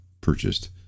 purchased